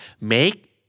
Make